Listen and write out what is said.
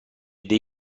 dei